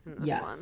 Yes